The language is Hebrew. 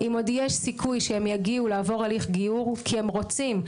אם עוד יש סיכוי שהם יגיעו לעבור הליך גיור כי הם רוצים.